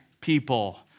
people